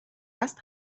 است